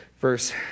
Verse